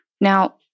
Now